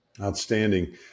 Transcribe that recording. Outstanding